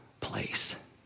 place